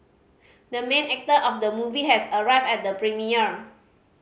the main actor of the movie has arrived at the premiere